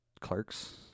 Clerks